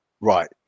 right